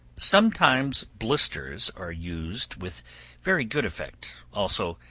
sometimes blisters are used with very good effect also,